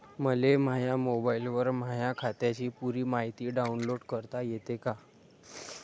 मले माह्या मोबाईलवर माह्या खात्याची पुरी मायती डाऊनलोड करता येते का?